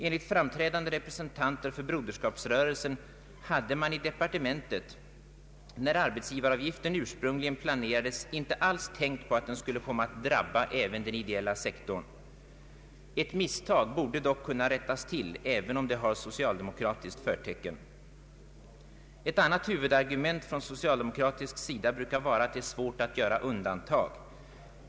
Enligt framträdande representanter för Broderskapsrörelsen hade man i departementet när arbetsgivaravgiften ursprungligen planerades inte alls tänkt på att den skulle komma att drabba även den ideella sektorn. Ett misstag borde dock kunna rättas till, även om det har socialdemokratiskt förtecken! Ett annat huvudargument från socialdemokratisk sida brukar vara att det är svårt att göra undantag.